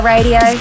Radio